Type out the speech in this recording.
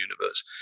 universe